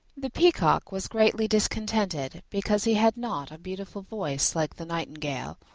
the peacock was greatly discontented because he had not a beautiful voice like the nightingale,